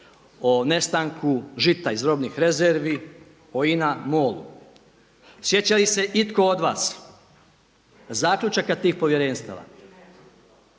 o nestanku žita iz robnih rezervi, o INA MOL-u. Sjeća li se itko od vas zaključaka tih povjerenstava?